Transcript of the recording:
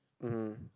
hmm